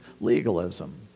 legalism